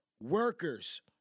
workers